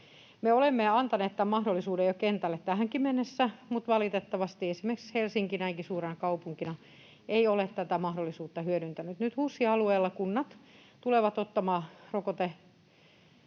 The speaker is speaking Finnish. olemme antaneet tämän mahdollisuuden kentälle jo tähänkin mennessä, mutta valitettavasti esimerkiksi Helsinki näinkin suurena kaupunkina ei ole tätä mahdollisuutta hyödyntänyt. Nyt HUSin alueella kunnat tulevat ottamaan rokotetyössä